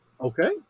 Okay